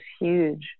huge